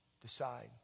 decide